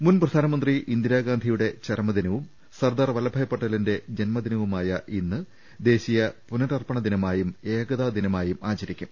മുൻ പ്രധാനമന്ത്രി ഇന്ദിരാഗാന്ധിയുടെ ചരമ ദിനവും സർദാർ വല്ലഭായ് പട്ടേലിന്റെ ജന്മദിനവുമായ ഇന്ന് ദേശീയ പുനരർപ്പണ ദിനമായും ഏകൃതാ ദിനമായും ആചരിക്കും